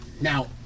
Now